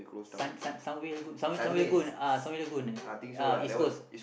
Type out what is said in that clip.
sun~ sun~ Sunway-Lagoon sun~ Sunway-Lagoon uh Sunway-Lagoon eh uh East-Coast